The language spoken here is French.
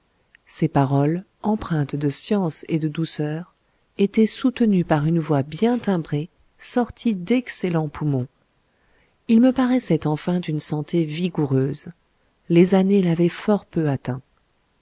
ses paroles empreintes de science et de douceur étaient soutenues par une voix bien timbrée sortie d'excellents poumons il me paraissait enfin d'une santé vigoureuse les années l'avaient fort peu atteint